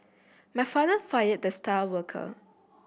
my father fired the star worker